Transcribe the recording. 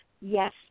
yes